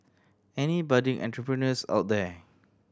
any budding entrepreneurs out there